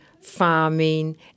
farming